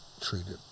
Treated